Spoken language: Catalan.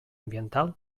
ambiental